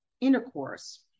intercourse